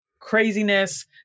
craziness